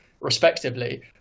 respectively